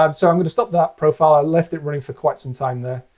um so i'm going to stop that profile i left it running for quite some time there.